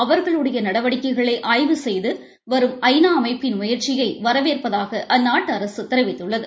அவர்களுடைய நடவடிக்கைகளை ஆய்வு செய்து வரும் ஐ நா அமைப்பின் முயற்சியை வரவேற்பதாக அந்நாட்டு அரசு தெிவித்துள்ளது